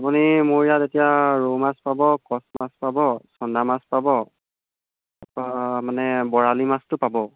আপুনি মোৰ ইয়াত এতিয়া ৰৌ মাছ পাব কচ মাছ পাব চন্দা মাছ পাব তাপা মানে বৰালি মাছটো পাব